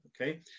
Okay